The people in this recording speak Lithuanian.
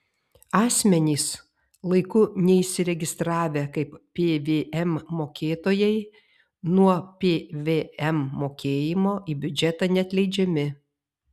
asmenys laiku neįsiregistravę kaip pvm mokėtojai nuo pvm mokėjimo į biudžetą neatleidžiami